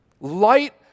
Light